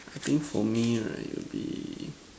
I think for me right it will be